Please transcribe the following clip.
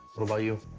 what about you?